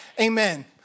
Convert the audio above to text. Amen